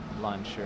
lunch